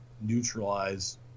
neutralize